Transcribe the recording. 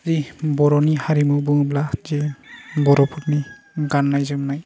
दि बर'नि हारिमु बुङोब्लादि बर'फोरनि गाननाय जोमनाय